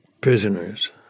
prisoners